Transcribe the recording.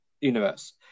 universe